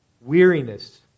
Weariness